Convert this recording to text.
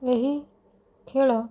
ଏହି ଖେଳ